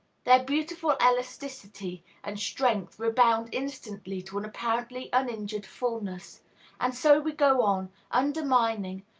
their beautiful elasticity and strength rebound instantly to an apparently uninjured fulness and so we go on, undermining,